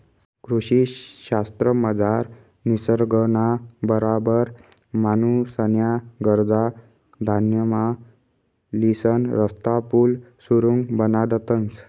कृषी शास्त्रमझार निसर्गना बराबर माणूसन्या गरजा ध्यानमा लिसन रस्ता, पुल, सुरुंग बनाडतंस